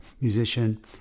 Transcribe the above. musician